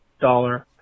dollar